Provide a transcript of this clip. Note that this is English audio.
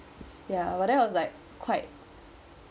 ya but that was like quite